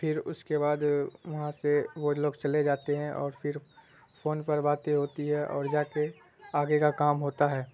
پھر اس کے بعد وہاں سے وہ لوگ چلے جاتے ہیں اور پھر فون پر باتیں ہوتی ہے اور جا کے آگے کا کام ہوتا ہے